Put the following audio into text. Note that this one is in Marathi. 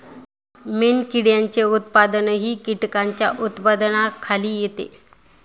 मेणकिड्यांचे उत्पादनही कीटकांच्या उत्पादनाखाली येते